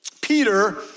Peter